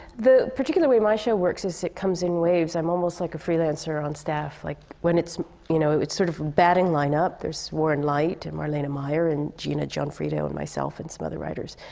the particular way my show works, is it comes in waves. i'm almost like a freelancer on staff. like, when it's you know, it's sort of batting line-up. there's warren leight and marlene myer and gina gianfrido and myself and some other writers.